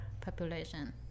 population